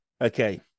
Okay